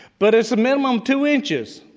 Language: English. but it's a minimum two inches.